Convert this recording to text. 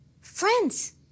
Friends